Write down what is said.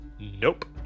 Nope